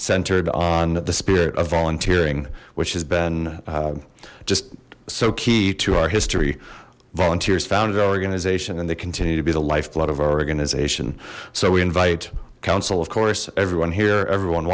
centered on the spirit of volunteering which has been just so key to our history volunteers found real organization and they continue to be the lifeblood of our organization so we invite council of course everyone here everyone